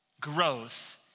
growth